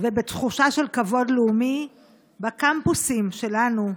ובתחושה של כבוד לאומי בקמפוסים שלנו,